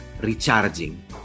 recharging